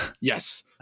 Yes